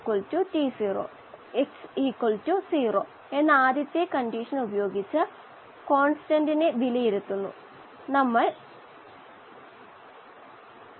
അതായത് ഒരു electrochemical probe ആണ് പ്ലാറ്റിനം ആയ ഒരു കാഥോഡ് ഉണ്ട് വെള്ളിയാണ് ആനോഡ്